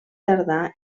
tardà